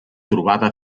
trobada